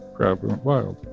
crowd went wild